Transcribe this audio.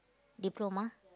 diploma